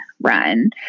run